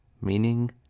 meaning